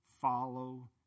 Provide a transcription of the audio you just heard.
follow